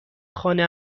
خانه